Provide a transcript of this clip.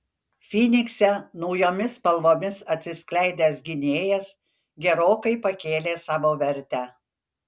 fynikse naujomis spalvomis atsiskleidęs gynėjas gerokai pakėlė savo vertę